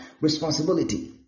Responsibility